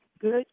good